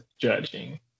judging